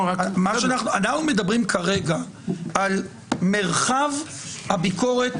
אנחנו מדברים כרגע על מרחב הביקורת